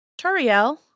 Turiel